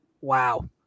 Wow